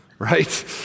Right